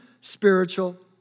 spiritual